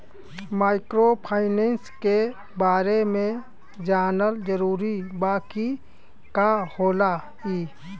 Microfinance के बारे में जानल जरूरी बा की का होला ई?